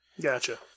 Gotcha